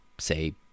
say